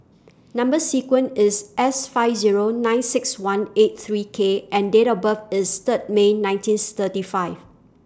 Number sequence IS S five Zero nine six one eight three K and Date of birth IS Third May nineteenth thirty five